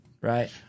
Right